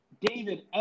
David